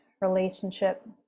relationship